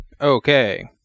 Okay